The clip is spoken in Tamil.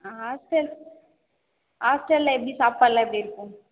ஹாஸ்ட்டல் ஹாஸ்ட்டல்லில் எப்படி சாப்பாட்டெலாம் எப்படி இருக்கும்